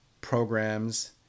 programs